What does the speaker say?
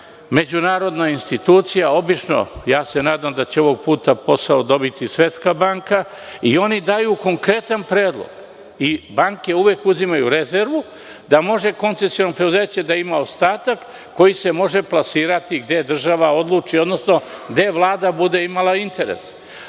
međunarodna institucija obično. Nadam se da će ovog puta posao dobiti Svetska banka i oni daju konkretan predlog. Banke uvek uzimaju rezervu, da može koncesijom preduzeće da ima ostatak koji se može plasirati gde država odluči, odnosno gde Vlada bude imala interes.